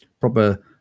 proper